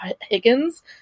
Higgins